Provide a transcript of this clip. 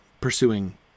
Pursuing